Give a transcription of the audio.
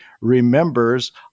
remembers